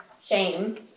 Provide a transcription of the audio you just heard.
Shame